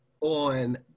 on